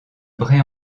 bray